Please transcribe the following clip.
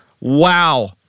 Wow